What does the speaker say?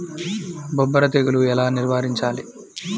బొబ్బర తెగులు ఎలా నివారించాలి?